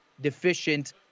deficient